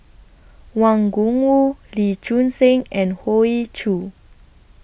Wang Gungwu Lee Choon Seng and Hoey Choo